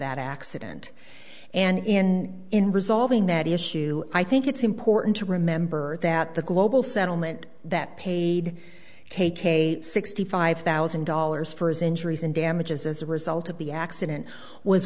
that accident and in in resolving that issue i think it's important to remember that the global settlement that paid k k sixty five thousand dollars for his injuries and damages as a result of the accident was